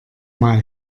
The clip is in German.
mal